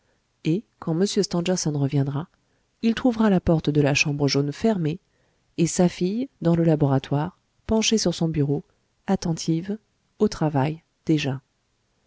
et quand m stangerson reviendra il trouvera la porte de la chambre jaune fermée et sa fille dans le laboratoire penchée sur son bureau attentive au travail déjà